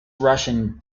russian